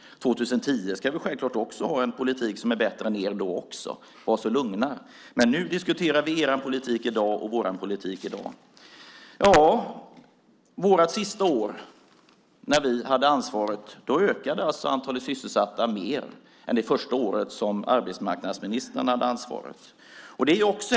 2010 ska vi självklart också ha en politik som är bättre än er, var så lugna. Men nu diskuterar vi er politik i dag och vår politik i dag. De sista åren som vi hade ansvaret ökade antalet sysselsatta mer än det första året som arbetsmarknadsministern hade ansvaret.